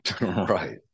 Right